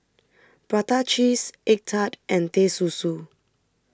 Prata Cheese Egg Tart and Teh Susu